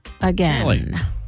again